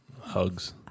Hugs